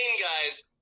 guys